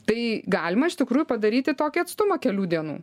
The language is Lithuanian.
tai galima iš tikrųjų padaryti tokį atstumą kelių dienų